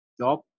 job